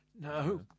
No